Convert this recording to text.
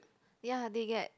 ya they get